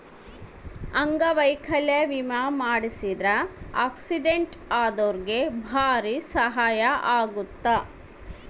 ಅಂಗವೈಕಲ್ಯ ವಿಮೆ ಮಾಡ್ಸಿದ್ರ ಆಕ್ಸಿಡೆಂಟ್ ಅದೊರ್ಗೆ ಬಾರಿ ಸಹಾಯ ಅಗುತ್ತ